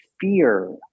fear